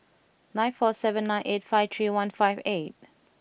nine four seven nine eight five three one five eight